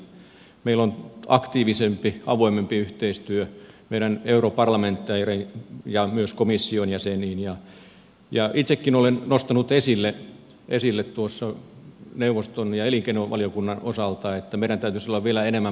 meillä on aktiivisempi avoimempi yhteistyö meidän europarlamentaarikkojemme ja myös komission jäsentemme kanssa ja itsekin olen nostanut esille neuvoston ja elinkeinovaliokunnan osalta että meidän täytyisi olla vielä enemmän proaktiivisia